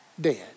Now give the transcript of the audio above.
dead